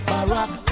Barack